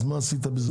אז מה עשית בזה?